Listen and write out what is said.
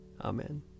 Amen